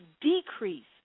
decrease